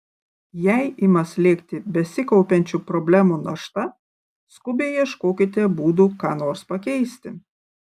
jei ima slėgti besikaupiančių problemų našta skubiai ieškokite būdų ką nors pakeisti